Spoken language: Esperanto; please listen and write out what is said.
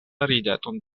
rideton